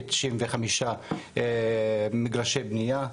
כ- 95 מגרשי בנייה,